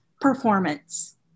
performance